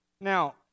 Now